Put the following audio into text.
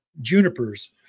junipers